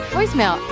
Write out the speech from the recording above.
Voicemail